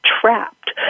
trapped